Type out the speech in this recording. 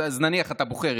אז נניח שאתה בוחר,